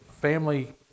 family